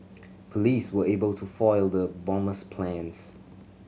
police were able to foil the bomber's plans